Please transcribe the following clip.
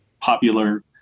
popular